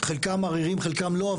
חלקם עריריים וחלקם לא,